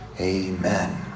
Amen